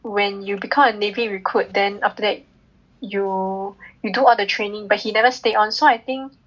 when you become a navy recruit then after that you you do all the training but he never stay on so I think